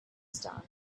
star